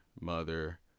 mother